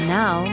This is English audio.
now